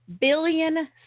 billion